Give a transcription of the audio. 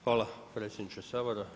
Hvala predsjedniče Sabora.